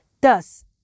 Thus